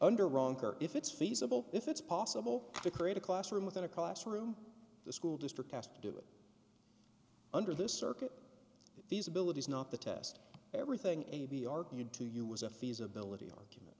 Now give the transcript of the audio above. under wrong if it's feasible if it's possible to create a classroom within a classroom the school district asked to do it under this circuit these abilities not the test everything a b argued to you was a feasibility argument